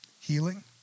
healing